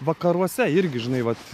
vakaruose irgi žinai vat